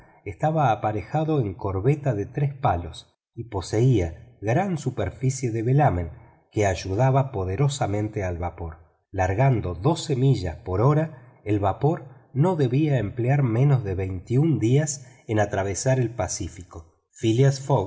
estaba aparejado en corbeta de tres palos y poseía gran superficie de velamen que ayudaba poderosamente al vapor largando doce millas por hora el vapor no debía emplear menos de veintiún días en atravesar el pacífico